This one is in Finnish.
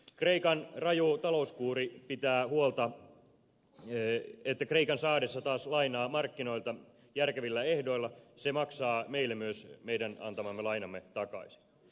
kreikan raju talouskuuri pitää huolen että kreikan saadessa taas lainaa markkinoilta järkevillä ehdoilla se maksaa meille myös meidän antamamme lainan takaisin